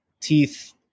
teeth